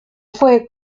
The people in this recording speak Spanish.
fue